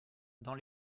dans